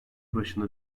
başına